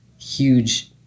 huge